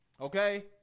Okay